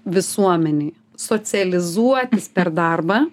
visuomenei socializuotis per darbą